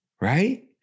right